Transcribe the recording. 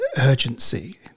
urgency